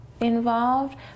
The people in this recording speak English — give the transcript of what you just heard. involved